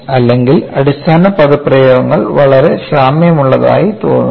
അല്ലെങ്കിൽ അടിസ്ഥാന പദപ്രയോഗങ്ങൾ വളരെ സാമ്യമുള്ളതായി തോന്നുന്നു